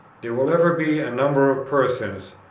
there will ever be a number of persons,